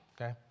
Okay